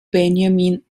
benjamin